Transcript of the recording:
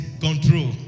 control